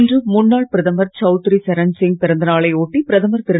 இன்று முன்னாள் பிரதமர் சவுத்ரி சரண்சிங் பிறந்தநாளை ஒட்டி பிரதமர் திரு